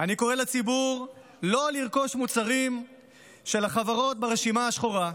אני קורא לציבור לא לרכוש מוצרים של החברות ברשימה השחורה.